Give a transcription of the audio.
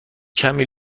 کمی